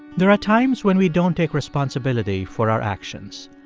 there are times when we don't take responsibility for our actions.